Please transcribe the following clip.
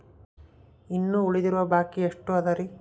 ಇಂದು ಉಳಿದಿರುವ ಬಾಕಿ ಎಷ್ಟು ಅದರಿ?